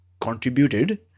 contributed